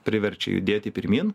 priverčia judėti pirmyn